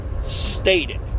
stated